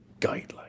guidelines